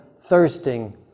thirsting